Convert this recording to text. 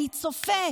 אני צופה,